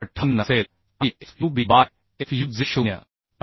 58 असेल आणि FUB by FU जे 0